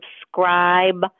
subscribe